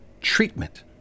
treatment